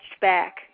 back